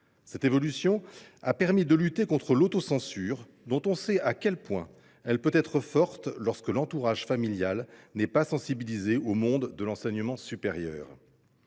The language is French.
Cette évolution a permis de lutter contre l’autocensure dont on mesure à quel point elle peut être forte lorsque l’entourage familial n’est pas sensibilisé au monde de l’enseignement supérieur.